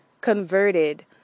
converted